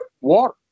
water